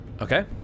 Okay